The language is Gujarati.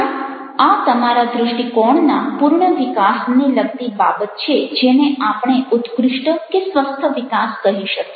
પણ આ તમારા દ્રષ્ટિકોણના પૂર્ણ વિકાસને લગતી બાબત છે જેને આપણે ઉત્કૃષ્ટ કે સ્વસ્થ વિકાસ કહી શકીએ